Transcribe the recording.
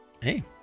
Hey